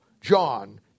John